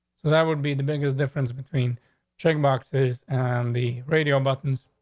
that would be the biggest difference between check boxes and the radio buttons.